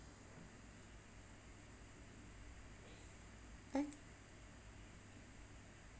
eh